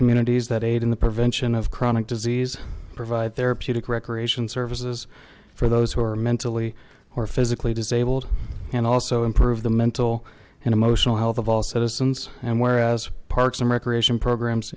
communities that aid in the prevention of chronic disease provide therapeutic recreation services for those who are mentally or physically disabled and also improve the mental and emotional health of all citizens and whereas parks and recreation programs